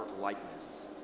likeness